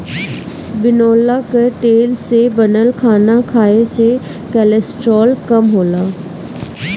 बिनौला कअ तेल से बनल खाना खाए से कोलेस्ट्राल कम होला